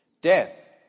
Death